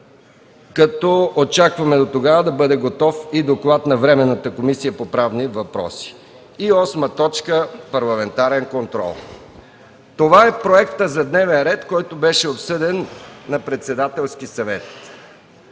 петък. Очакваме дотогава да бъде готов и доклад на Временната комисия по правни въпроси. 8. Парламентарен контрол. Това е проектът за дневен ред, който беше обсъден на Председателския съвет.